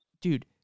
Dude